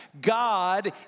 God